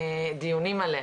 עם קשר לדיונים או בלי,